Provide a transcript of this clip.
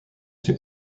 ses